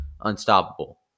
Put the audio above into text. unstoppable